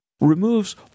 removes